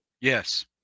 Yes